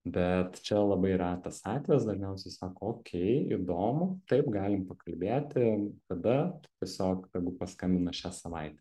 bet čia labai retas atvejis dažniausiai sako okei įdomu taip galim pakalbėti kada tiesiog tegu paskambina šią savaitę